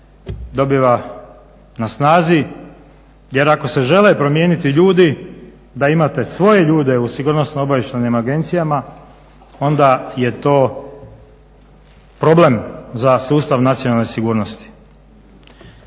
dobiva na snazi jer ako se žele promijeniti ljudi da imate svoje ljude u sigurnosno-obavještajnim agencijama onda je to problem za sustav nacionalne sigurnosti.